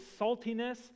saltiness